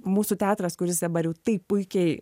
mūsų teatras kuris dabar jau taip puikiai